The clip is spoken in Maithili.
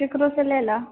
केकरोसँ ले लऽ